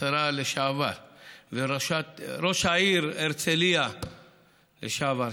השרה לשעבר וראשת העיר הרצליה לשעבר,